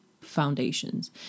foundations